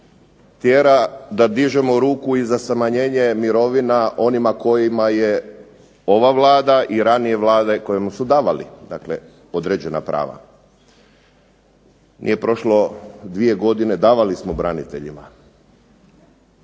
tjera da dižemo ruku i za smanjenje mirovina onima kojima je ova Vlada i ranije Vlade kojemu su davali dakle određena prava. Nije prošlo dvije godine davali smo braniteljima,